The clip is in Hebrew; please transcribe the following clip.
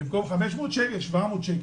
במקום 500 שקל, שיהיה 700 שקל.